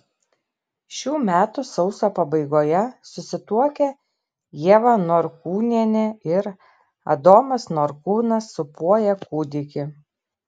šių metų sausio pabaigoje susituokę ieva norkūnienė ir adomas norkūnas sūpuoja kūdikį